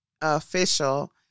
official